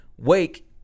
Wake